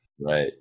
Right